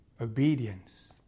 Obedience